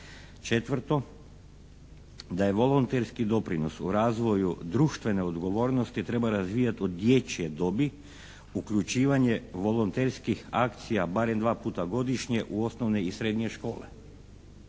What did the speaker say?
Četvrto, da je volonterski doprinos u razvoju društvene odgovornosti, treba razvijati od dječje dobi, uključivanje volonterskih akcija barem dva puta godišnje u osnovne i srednje škole.